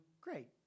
great